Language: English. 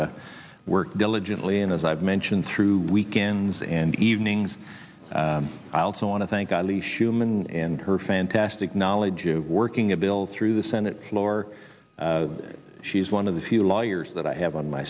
they worked diligently and as i've mentioned through weekends and evenings i also want to thank god the shoeman in her fantastic knowledge of working a bill through the senate floor she's one of the few lawyers that i have on my